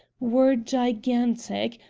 were gigantic,